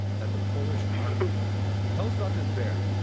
that the polish army recruited. tell us about this bear